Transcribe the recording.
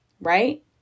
Right